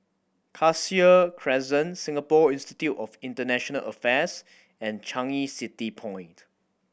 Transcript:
Cassia Crescent Singapore Institute of International Affairs and Changi City Point